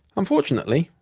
unfortunately,